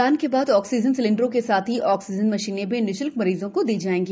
रमजान के बाद आक्सीजन सिलेंडरों के साथ ही आक्सीजन मशीने भी निशुल्क मरीजों को प्रदान की जाएगी